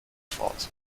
fort